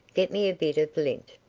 get me a bit of lint,